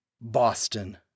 Boston